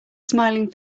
smiling